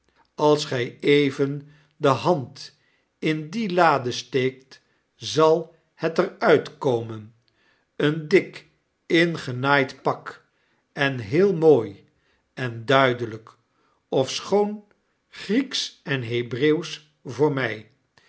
als gij even de hand in die lade steekt zal het er uit komen een dik ingenaaid pak en heel mooi en duidelp sofschoon grieksch en hebreeuwsch voor mij